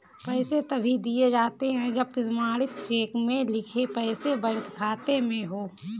पैसे तभी दिए जाते है जब प्रमाणित चेक में लिखे पैसे बैंक खाते में हो